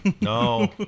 No